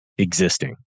existing